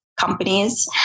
companies